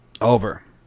Over